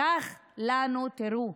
לקח לנו, תראו,